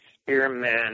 Spearman